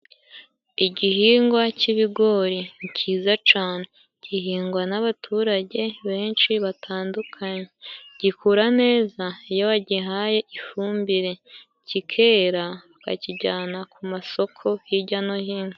Igihingwa cy'ibigori ni cyiza cane，gihingwa n'abaturage benshi batandukanye，gikura neza iyo wagihaye ifumbire kikera， bakijyana ku masoko hirya no hino.